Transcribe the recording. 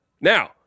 Now